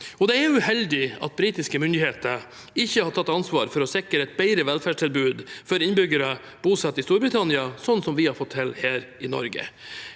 det er uheldig at britiske myndigheter ikke har tatt ansvar for å sikre et bedre velferdstilbud for innbyggere bosatt i Storbritannia, slik vi har fått til her i Norge.